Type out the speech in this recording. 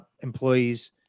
employees